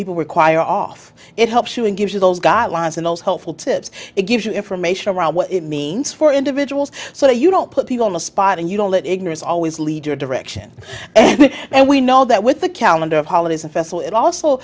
people require off it helps you and gives you those guidelines and those helpful tips it gives you information about what it means for individuals so that you don't put people on the spot and you don't let ignorance always lead to a direction and we know that with the calendar of holidays and